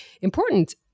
important